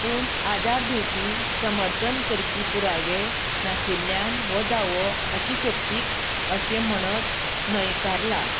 पूण आदार दिवपी समर्थन करपी पुरावे नाशिल्ल्यान हो दावो अतिश्योक्तीक अशें म्हणत न्हयकारला